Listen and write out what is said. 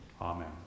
Amen